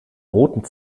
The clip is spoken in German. roten